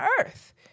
earth